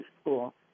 school